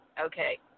Okay